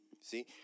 See